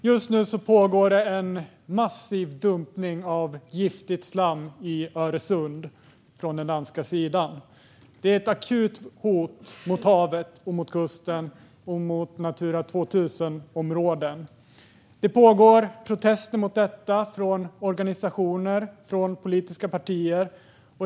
Fru talman! Just nu pågår en massiv dumpning av giftigt slam i Öresund från den danska sidan. Det är ett akut hot mot havet, mot kusten och mot Natura 2000-områden. Det pågår protester mot detta från organisationer och politiska partier.